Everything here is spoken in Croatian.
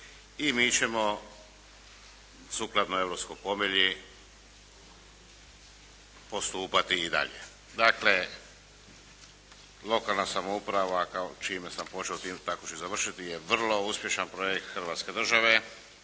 i mi ćemo sukladno europskoj povelji postupati i dalje. Dakle, lokalna samouprava, čime sam počeo tako ću i završiti je vrlo uspješan projekt Hrvatske države.